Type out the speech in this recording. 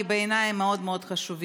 כי בעיניי הם מאוד מאוד חשובים.